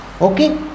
Okay